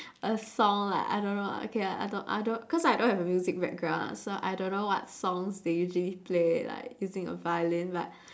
a song like I don't know lah okay ah I don't I don't cause I don't have a music background ah so I don't know what songs they usually play like using a violin but